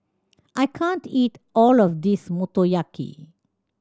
I can't eat all of this Motoyaki